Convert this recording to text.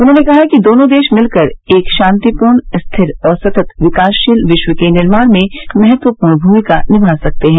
उन्होंने कहा कि दोनों देश मिलकर एक शांतिपूर्ण स्थिर और सतत विकासशील विश्व के निर्माण में महत्वपूर्ण भूमिका निभा सकते हैं